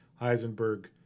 Heisenberg